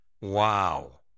Wow